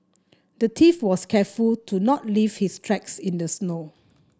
the thief was careful to not leave his tracks in the snow